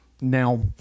Now